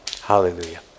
Hallelujah